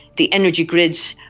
the energy grids,